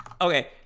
Okay